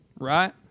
Right